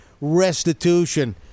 restitution